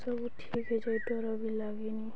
ସବୁ ଠିକ୍ ହେଇଯାଏ ଡର ବି ଲାଗେନି